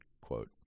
quote